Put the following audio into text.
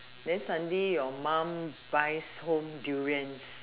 then suddenly your mum buys home durians